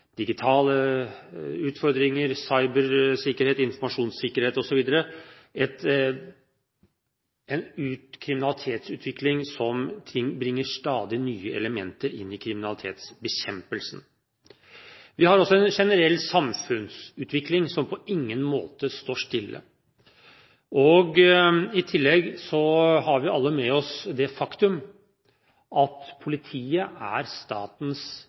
digitale utfordringer, cybersikkerhet, informasjonssikkerhet osv. – en kriminalitetsutvikling som bringer stadig nye elementer inn i kriminalitetsbekjempelsen. Vi har også en generell samfunnsutvikling som på ingen måte står stille. I tillegg har vi alle med oss det faktum at politiet er statens